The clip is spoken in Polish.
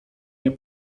nie